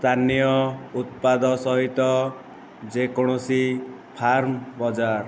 ସ୍ଥାନୀୟ ଉତ୍ପାଦ ସହିତ ଯେକୌଣସି ଫାର୍ମ ବଜାର